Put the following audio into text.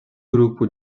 grupo